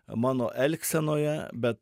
mano elgsenoje bet